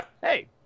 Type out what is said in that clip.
hey